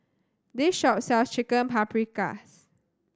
this shop sells Chicken Paprikas